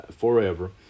forever